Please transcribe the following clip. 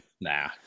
Nah